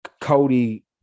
Cody –